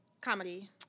Comedy